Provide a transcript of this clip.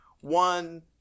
One